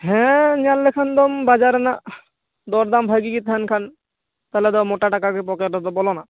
ᱦᱮᱸ ᱧᱮᱞ ᱞᱮᱠᱷᱟᱱ ᱫᱚᱢ ᱵᱟᱡᱟᱨ ᱨᱮᱱᱟᱜ ᱫᱚᱨ ᱫᱟᱢ ᱵᱷᱟᱹᱜᱤᱜᱮ ᱛᱟᱦᱮᱸᱱ ᱠᱷᱟᱱ ᱛᱟᱦᱚᱞᱮ ᱫᱚ ᱢᱳᱴᱟ ᱴᱟᱠᱟ ᱨᱮ ᱯᱚᱠᱮᱴ ᱫᱚ ᱵᱚᱞᱚᱱᱟ